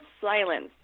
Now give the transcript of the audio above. silence